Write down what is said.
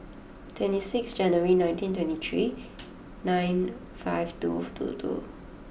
twenty six January nineteen twenty three nine five two two two